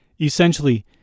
essentially